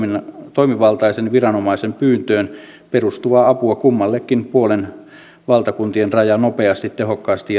toimivaltaisen viranomaisen pyyntöön perustuvaa apua kummallekin puolen valtakuntien rajaa nopeasti tehokkaasti